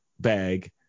bag